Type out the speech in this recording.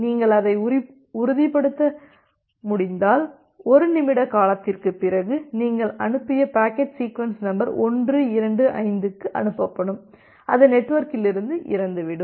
நீங்கள் அதை உறுதிப்படுத்த முடிந்தால் 1 நிமிட காலத்திற்குப் பிறகு நீங்கள் அனுப்பிய பாக்கெட் சீக்வென்ஸ் நம்பர் 125 க்கு அனுப்பப்படும் அது நெட்வொர்க்கிலிருந்து இறந்துவிடும்